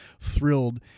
thrilled